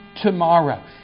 tomorrow